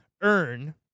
earn